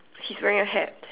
he's wearing a hat